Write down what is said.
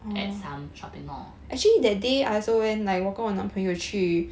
at some shopping mall